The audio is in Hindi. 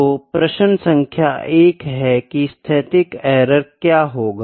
तो प्रश्न सांख्य 1 है की स्थैतिक एरर क्या होगा